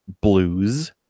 Blues